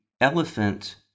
elephant